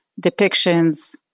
depictions